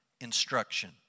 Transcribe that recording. instruction